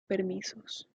permisos